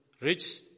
rich